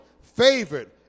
favored